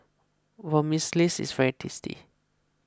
Vermicelli is very tasty